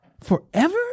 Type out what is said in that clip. forever